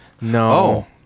No